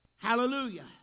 Hallelujah